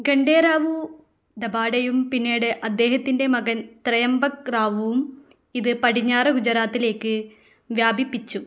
ഖണ്ഡേറാവു ദഭാഡെയും പിന്നീട് അദ്ദേഹത്തിൻ്റെ മകൻ ത്രയംബക് റാവുവും ഇത് പടിഞ്ഞാറ് ഗുജറാത്തിലേക്ക് വ്യാപിപ്പിച്ചു